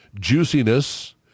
juiciness